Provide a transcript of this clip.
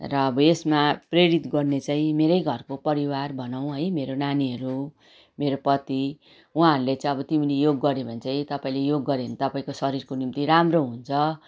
र अब यसमा प्रेरित गर्ने चाहिँ मेरै घरको परिवार भनौँ है मेरो नानीहरू मेरो पति उहाँहरूले चाहिँ अब तिमीले योग गर्यो भने चाहिँ तपाईँले योग गर्यो भने तपाईँको शरीरको निम्ति राम्रो हुन्छ